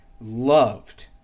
loved